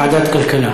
ועדת הכלכלה.